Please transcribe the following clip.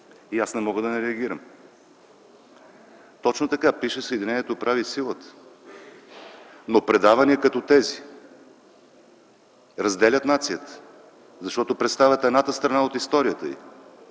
и аз не мога да не реагирам. Точно така пише: „Съединението прави силата”. Но предавания като тези разделят нацията, защото представят едната страна от историята й